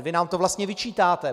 Vy nám to vlastně vyčítáte.